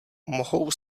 mohou